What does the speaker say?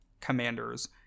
commanders